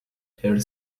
her